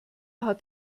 hat